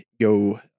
go